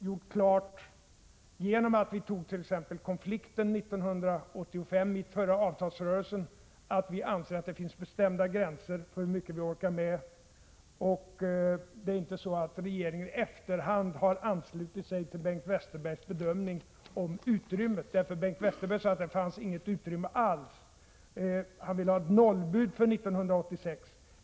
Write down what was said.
Genom att vi tog en konflikt i förra avtalsrörelsen, 1985, har vi gjort klart att vi anser att det finns bestämda gränser för hur mycket vi orkar med. Det är inte så att regeringen i efterhand har anslutit sig till Bengt Westerbergs bedömning när det gäller utrymmet. Bengt Westerberg sade att det inte finns något utrymme alls — han ville ha ett nollbud för 1986.